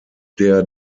der